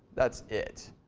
that's it.